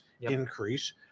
increase